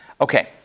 Okay